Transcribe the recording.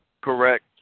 Correct